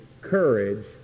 courage